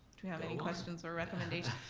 we have any questions or recommendations?